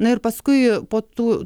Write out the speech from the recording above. na ir paskui po tų